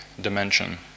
dimension